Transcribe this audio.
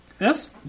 Yes